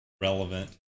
relevant